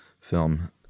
film